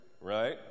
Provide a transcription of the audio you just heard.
right